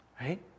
Right